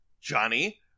Johnny